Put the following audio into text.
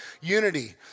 unity